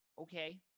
okay